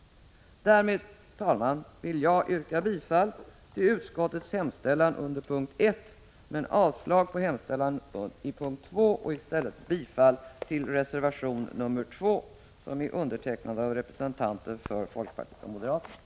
Därmed, herr talman, vill jag yrka bifall till utskottets hemställan under punkt 1, men avslag på hemställan i punkt 2 och i stället bifall till reservation nr 2 som är undertecknad av representanter för folkpartiet och moderaterna.